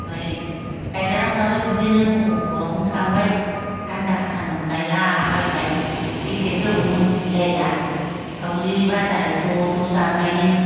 ओमफाय गायग्राफ्राबो बिदिनो हरावनो थांबाय आनदा खानुन गायला बायबाय गेसेन गोबोन मोन्थिलायला सावरि बादालि ज'ज' जालायो